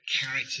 character